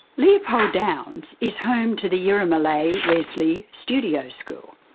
leopold downs is home to the yiramalay wesley studio school,